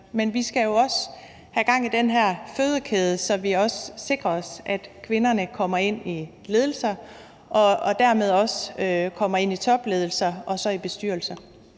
Men vi skal jo også have gang i den her fødekæde, så vi sikrer os, at kvinderne kommer ind i ledelser og dermed også ind i topledelser og bestyrelser.